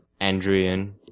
Andrian